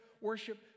worship